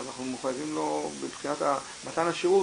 אנחנו מחויבים לו מבחינת מתן השירות,